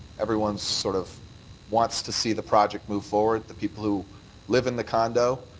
everyone's sort of wants to see the project move forward. the people who live in the condo,